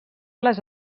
les